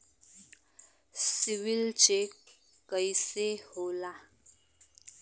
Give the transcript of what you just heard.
CIBIL check कइसे होला?